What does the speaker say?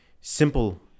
simple